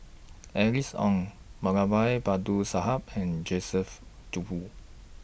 Alice Ong Babu Sahib and Joseph Grimberg